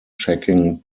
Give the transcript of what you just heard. checking